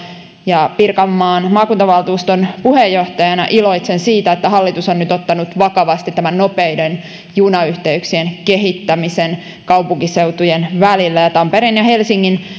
ja pirkanmaan maakuntavaltuuston puheenjohtajana iloitsen erityisesti siitä että hallitus on nyt ottanut vakavasti nopeiden junayhteyksien kehittämisen kaupunkiseutujen välillä tampereen ja helsingin